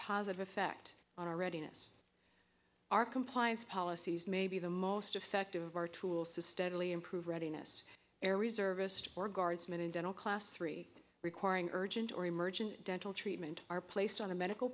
positive effect on our readiness our compliance policies may be the most effective are tools to steadily improve readiness air reservist or guardsmen in dental class three requiring urgent or emergent dental treatment are placed on a medical